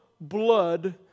blood